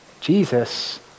Jesus